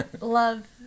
love